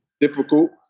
difficult